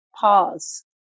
pause